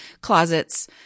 closets